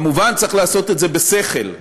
כמובן, צריך לעשות את זה בשכל,